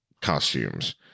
costumes